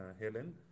Helen